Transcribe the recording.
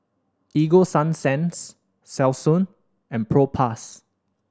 Ego Sunsense Selsun and Propass